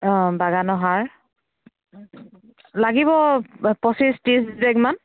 অ বাগানৰ সাৰ লাগিব পচিঁশ ত্ৰিছ বেগমান